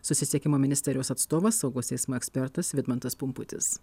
susisiekimo ministerijos atstovas saugaus eismo ekspertas vidmantas pumputis